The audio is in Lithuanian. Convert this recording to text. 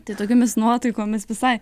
tai tokiomis nuotaikomis visai